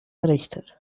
errichtet